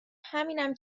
همینم